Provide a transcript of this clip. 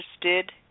interested